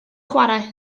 chwarae